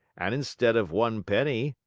and instead of one penny,